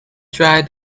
dried